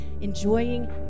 enjoying